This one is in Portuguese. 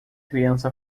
criança